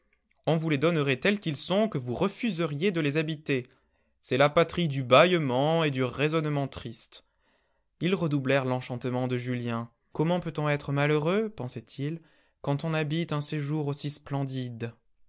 on vous les donnerait tels qu'ils sont que vous refuseriez de les habiter c'est la patrie du bâillement et du raisonnement triste ils redoublèrent l'enchantement de julien comment peut-on être malheureux pensait-il quand on habite un séjour aussi splendide